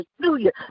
Hallelujah